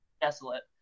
desolate